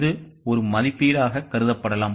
இதுஒரு மதிப்பீடாகக் கருதப்படலாம்